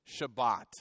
Shabbat